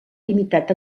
limitat